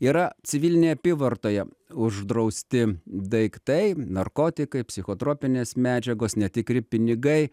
yra civilinėje apyvartoje uždrausti daiktai narkotikai psichotropinės medžiagos netikri pinigai